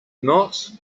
not